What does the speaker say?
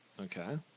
Okay